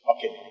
Okay